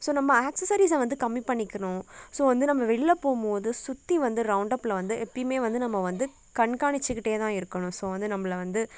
so நம்ம ஆக்சிஸரீஸை வந்து கம்மி பண்ணிக்கணும் ஸோ வந்து நம்ம வெளில் போகும் போது சுற்றி வந்து ரவுண்டபில் வந்து எப்பையுமே வந்து நம்ம வந்து கண்காணிச்சிக்கிட்டு தான் இருக்கணும் ஸோ வந்து நம்மள வந்து